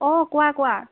অঁ কোৱা কোৱা